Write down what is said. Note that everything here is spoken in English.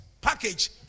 package